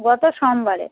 গত সোমবারে